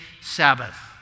Sabbath